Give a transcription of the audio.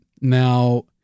now